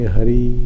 Hari